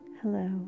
Hello